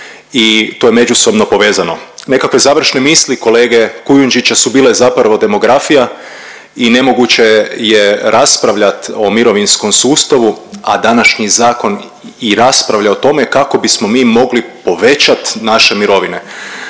i to je međusobno povezano. Nekakve završne misli kolege Kujundžića su bile zapravo demografija i nemoguće je raspravljat o mirovinskom sustavu, a današnji zakon i raspravlja o tome kako bismo mi mogli povećat naše mirovine